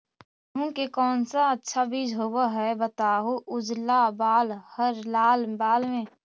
गेहूं के कौन सा अच्छा बीज होव है बताहू, उजला बाल हरलाल बाल में?